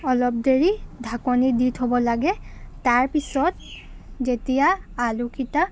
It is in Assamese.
অলপ দেৰি ঢাকনি দি থ'ব লাগে তাৰপিছত যেতিয়া আলুকেইটা